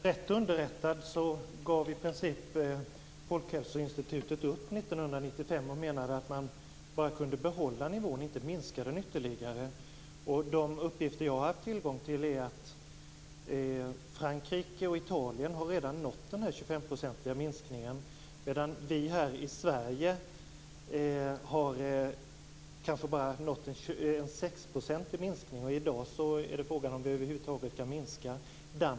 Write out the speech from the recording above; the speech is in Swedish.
Herr talman! Om jag är rätt underrättad, gav Folkhälsoinstitutet i princip upp 1995 och menade att man bara kunde behålla konsumtionsnivån och inte minska den ytterligare. Enligt de uppgifter jag har haft tillgång till har Frankrike och Italien redan nått den 25 procentiga minskningen, medan vi här i Sverige bara har nått en 6-procentig minskning. I dag är det frågan om vi över huvud taget kan minska konsumtionen.